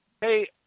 Hey